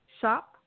shop